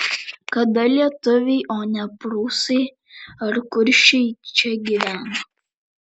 kada lietuviai o ne prūsai ar kuršiai čia gyveno